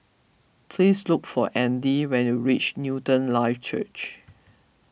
please look for andy when you reach Newton Life Church